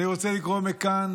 אני רוצה לקרוא מכאן